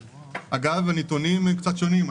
אגב, הנתונים קצת שונים.